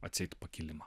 atseit pakilimą